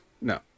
No